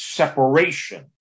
separation